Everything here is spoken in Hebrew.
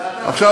עכשיו,